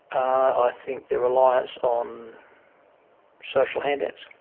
i think their reliance on social handouts.